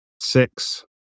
six